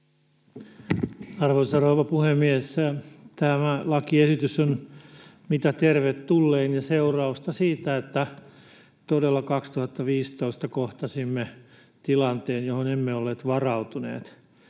Arvoisa rouva puhemies! Tämä lakiesitys on mitä tervetullein ja seurausta siitä, että todella 2015 kohtasimme tilanteen, johon emme olleet varautuneet.